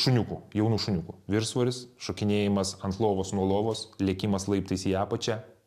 šuniukų jaunų šuniukų viršsvoris šokinėjimas ant lovos nuo lovos lėkimas laiptais į apačią